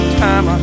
time